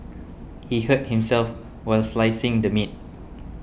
he hurt himself while slicing the meat